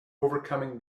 overcoming